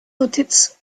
notiz